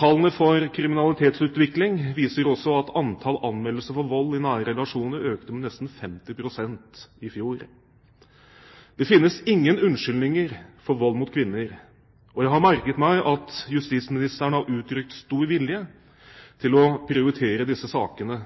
Tallene for kriminalitetsutvikling viser også at antall anmeldelser av vold i nære relasjoner økte med nesten 50 pst. i fjor. Det finnes ingen unnskyldninger for vold mot kvinner. Jeg har merket meg at justisministeren har uttrykt stor vilje til å prioritere disse sakene.